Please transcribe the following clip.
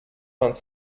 vingt